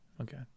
Okay